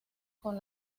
con